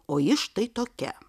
o ji štai tokia